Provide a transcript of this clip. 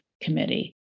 committee